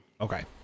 okay